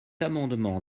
amendement